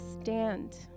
stand